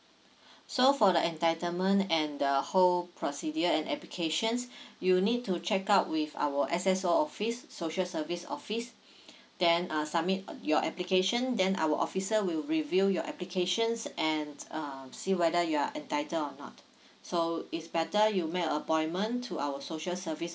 so for the entitlement and the whole procedure and applications you need to check out with our S_S_O office social service office then uh submit uh your application then our officer will review your applications and uh see whether you are entitled or not so it's better you make a appointment to our social service